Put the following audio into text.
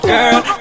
Girl